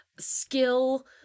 skill